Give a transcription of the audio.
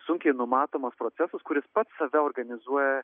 sunkiai numatomas procesas kuris pats save organizuoja